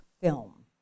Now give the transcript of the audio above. film